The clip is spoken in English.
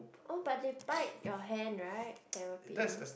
oh but they bite your hand right terrapins